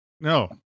No